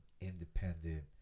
independent